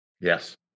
Yes